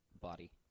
body